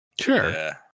Sure